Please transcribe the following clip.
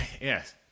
Yes